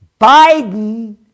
Biden